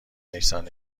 نیسان